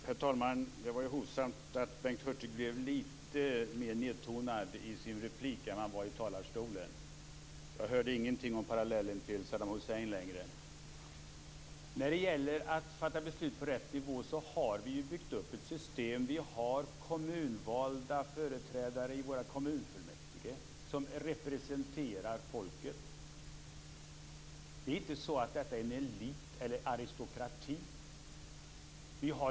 Herr talman! Det var hovsamt att Bengt Hurtig tonade ned sig litet i repliken jämfört med när han stod i talarstolen. Jag hörde inget av parallellen till Saddam Hussein längre. Så var det frågan om att fatta beslut på rätt nivå. Vi har byggt upp ett system med kommunvalda företrädare i våra kommunfullmäktige som representerar folket. Det är inte en elit eller aristokrati.